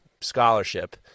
scholarship